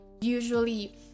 usually